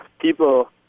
people